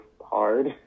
hard